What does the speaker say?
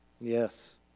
Yes